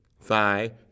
thigh